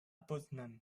poznań